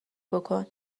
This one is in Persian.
بکن